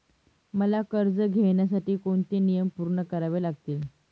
मला कर्ज घेण्यासाठी कोणते नियम पूर्ण करावे लागतील?